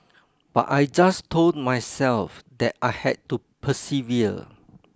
but I just told myself that I had to persevere